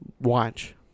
watch